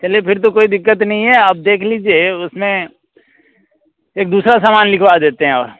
चलिए फिर तो कोई दिक्कत नहीं है आप देख लीजिए उस में एक दूसरा सामान लिखवा देते हैं और